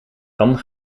kan